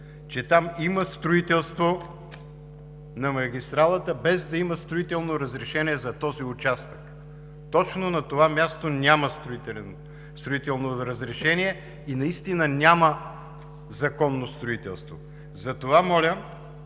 че там има строителство на магистралата, без да има строително разрешение за този участък. Точно на това място няма строително разрешение и наистина няма законно строителство. Затова моля,